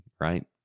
right